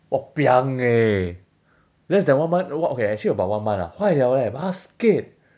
!wahpiang! eh less than one month !wah! okay actually about one month ah 坏了 leh basket